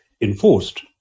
enforced